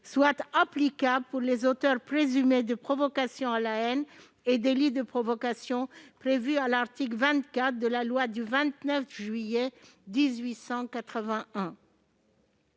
sont applicables pour les auteurs présumés de provocations à la haine et de délits de provocation prévus à l'article 24 de la loi du 29 juillet 1881.